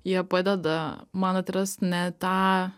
jie padeda man atrast ne tą